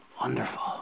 Wonderful